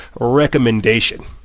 recommendation